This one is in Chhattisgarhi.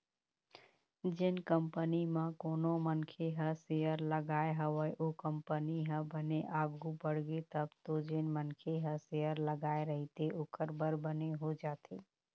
जेन कंपनी म कोनो मनखे ह सेयर लगाय हवय ओ कंपनी ह बने आघु बड़गे तब तो जेन मनखे ह शेयर लगाय रहिथे ओखर बर बने हो जाथे